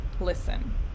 listen